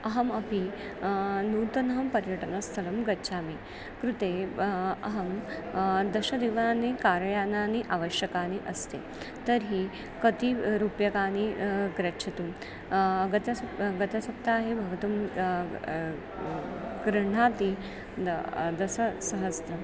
अहमपि नूतनं पर्यटनस्थलं गच्छामि कृते ब अहं दशदिनानि कार् यानानि आवश्यकानि अस्ति तर्हि कति रूप्यकाणि गन्तुं गतसप्ताहे गतसप्ताहे भवतः गृह्णाति द दशसहस्रम्